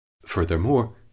Furthermore